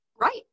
right